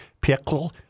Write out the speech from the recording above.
pickle